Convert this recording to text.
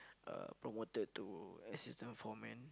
uh promoted to assistant for man